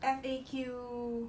F_A_Q